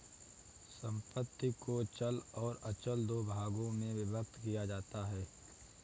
संपत्ति को चल और अचल दो भागों में विभक्त किया जाता है